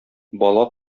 бала